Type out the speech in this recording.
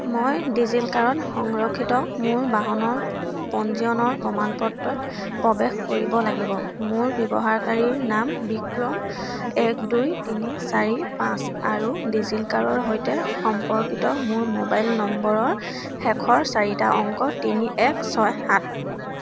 মই ডিজি লকাৰত সংৰক্ষিত মোৰ বাহনৰ পঞ্জীয়নৰ প্ৰমাণপত্ৰত প্ৰৱেশ কৰিব লাগিব মোৰ ব্যৱহাৰকাৰীৰ নাম বিক্ৰম এক দুই তিনি চাৰি পাঁচ আৰু ডিজি লকাৰৰ সৈতে সম্পৰ্কিত মোৰ মোবাইল নম্বৰৰ শেষৰ চাৰিটা অংক তিনি এক ছয় সাত